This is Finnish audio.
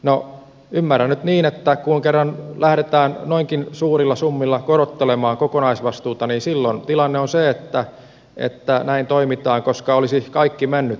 no ymmärrän nyt niin että kun kerran lähdetään noinkin suurilla summilla korottelemaan kokonaisvastuuta niin silloin tilanne on se että näin toimitaan koska olisi kaikki mennyt omat ja lainatut